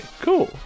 Cool